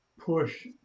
push